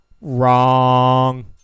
wrong